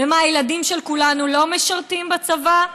ומה, הילדים של כולנו לא משרתים בצבא?